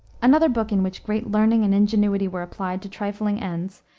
another book in which great learning and ingenuity were applied to trifling ends,